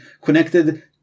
connected